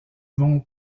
vont